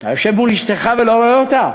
אתה יושב מול אשתך ולא רואה אותה.